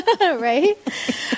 right